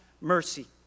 mercy